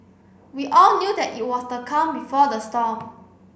we all knew that it was the calm before the storm